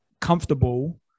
comfortable